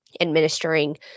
administering